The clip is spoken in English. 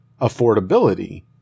affordability